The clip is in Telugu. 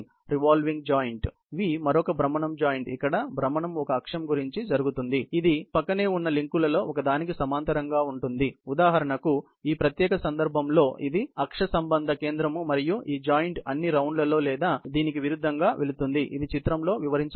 రివాల్వింగ్ జాయింట్ V మరొక భ్రమణ జాయింట్ ఇక్కడ భ్రమణం ఒక అక్షం గురించి జరుగుతుంది ఇది ప్రక్కనే ఉన్న లింక్లలో ఒకదానికి సమాంతరంగా ఉంటుంది ఉదాహరణకు ఈ ప్రత్యేక సందర్భంలో ఇది అక్షసంబంధ కేంద్రం మరియు ఈ జాయింట్ అన్ని రౌండ్లలో లేదా దీనికి విరుద్ధంగా వెళుతుంది ఇది చిత్రంలో వివరించబడింది